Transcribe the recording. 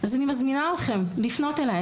אז אני מזמינה אתכם לפנות אליי,